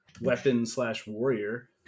weapon-slash-warrior